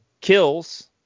kills